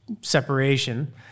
separation